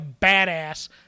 badass